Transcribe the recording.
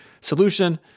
solution